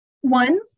One